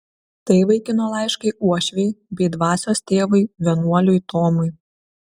tai vaikino laiškai uošvei bei dvasios tėvui vienuoliui tomui